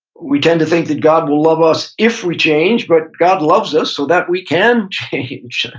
we tend to think that god will love us if we change, but god loves us so that we can change.